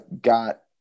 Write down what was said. got